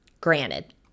Granted